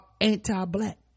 anti-black